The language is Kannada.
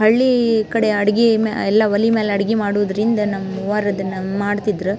ಹಳ್ಳಿ ಕಡೆ ಅಡುಗೆ ಮ್ಯಾ ಎಲ್ಲ ಒಲೆ ಮೇಲೆ ಅಡುಗೆ ಮಾಡೋದ್ರಿಂದ ನಮ್ಮಅವ್ವಾರು ಅದನ್ನು ಮಾಡ್ತಿದ್ರು